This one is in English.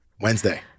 Wednesday